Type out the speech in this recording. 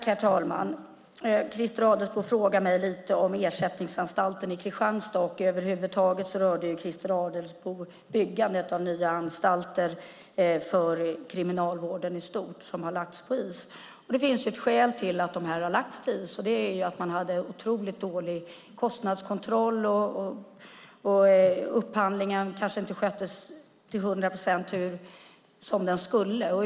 Herr talman! Christer Adelsbo frågar mig om ersättningsanstalten i Kristianstad. Christer Adelsbo berörde dessutom byggandet av nya anstalter för kriminalvården som har lagts på is. Det finns ett skäl till att de här lagts på is, och det är att man hade en otroligt dålig kostnadskontroll och att upphandlingen kanske inte sköttes som den skulle till hundra procent.